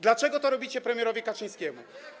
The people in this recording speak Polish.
Dlaczego to robicie premierowi Kaczyńskiemu?